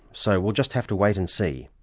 so we'll just have to wait and see.